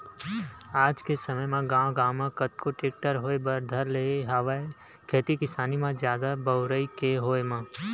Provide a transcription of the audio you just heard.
आज के समे म गांव गांव म कतको टेक्टर होय बर धर ले हवय खेती किसानी म जादा बउरई के होय म